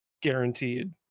guaranteed